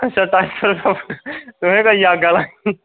तुसें ई कोई आक्खा दे केह्